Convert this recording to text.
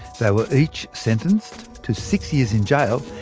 they were each sentenced to six years in jail,